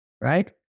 right